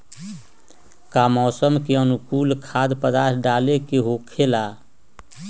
का मौसम के अनुकूल खाद्य पदार्थ डाले के होखेला?